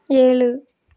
ஏழு